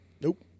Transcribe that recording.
Nope